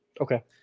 Okay